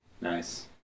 nice